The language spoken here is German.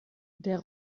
der